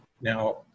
now